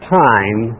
time